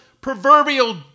proverbial